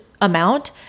amount